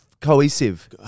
Cohesive